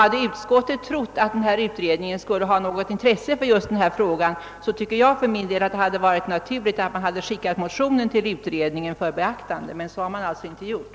Hade utskottet trott att utredningen skulle ha något intresse för just detta spörsmål, tycker jag för min del, att det hade varit naturligt att skicka motionen till utredningen för beaktande, vilket man alltså inte gjort.